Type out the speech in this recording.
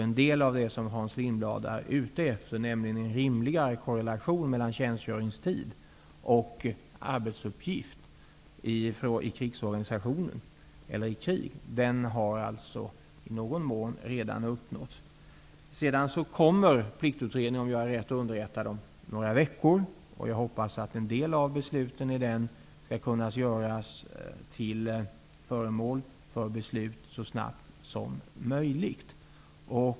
En del av det som Hans Lindblad är ute efter, nämligen en rimligare korrelation mellan tjänstgöringstid och arbetsuppgift i krigsorganisationen eller i krig, har i någon mån redan uppnåtts. Om jag är rätt underrättad kommer Pliktutredningen att lägga fram sina förslag om några veckor. Jag hoppas att en del av förslagen skall kunna göras till föremål för beslut så snart som möjligt.